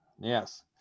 Yes